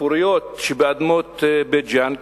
הפוריות שבאדמות בית-ג'ן,